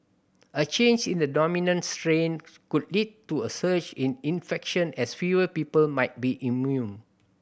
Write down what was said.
a change in the dominant strain could lead to a surge in infection as fewer people might be immune